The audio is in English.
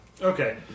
Okay